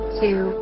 two